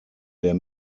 der